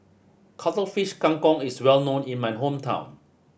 Cuttlefish Kang Kong is well known in my hometown